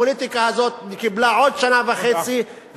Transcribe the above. הפוליטיקה הזאת קיבלה עוד שנה וחצי, תודה.